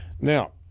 Now